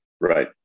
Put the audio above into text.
Right